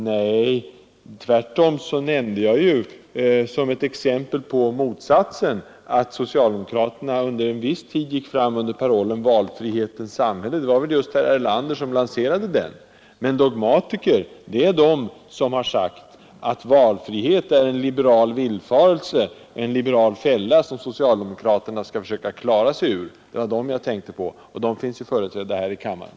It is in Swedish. Nej, tvärtom nämnde jag ju som ett exempel på motsatsen att socialdemokraterna en tid gick fram under parollen Valfrihetens samhäl le. Det var väl just herr Erlander som lanserade den. Dogmatiker är de som har sagt att valfrihet är en liberal villfarelse, en liberal fälla, som socialdemokraterna skall försöka klara sig ur. Det var dem jag tänkte på, och de finns företrädda här i kammaren.